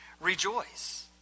Rejoice